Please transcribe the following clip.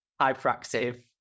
Hyperactive